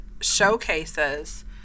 showcases